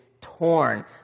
torn